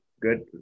good